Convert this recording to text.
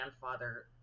grandfather